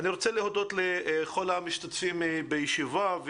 שאני רוצה להודות לכל המשתתפים בישיבה.